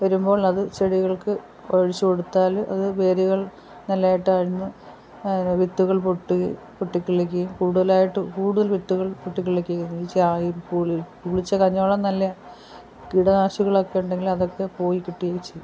വരുമ്പോൾ അത് ചെടികൾക്ക് ഒഴിച്ചു കൊടുത്താൽ അത് വേരുകൾ നല്ലതായിട്ടാഴ്ന്ന് അതിന് വിത്തുകൾ പൊട്ടുകയും പൊട്ടി പൊട്ടി കിളുർക്കുകയും കൂടുതലായിട്ട് കൂടുതൽ വിത്തുകൾ പൊട്ടിക്കിളുക്കയും ചായ് പുളി പുളിച്ച കഞ്ഞിവെള്ളം നല്ല കീടനാശിനികളൊക്കെ ഉണ്ടെങ്കിൽ അതൊക്കെ പോയി കിട്ടുകയും ചെയ്യും